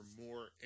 more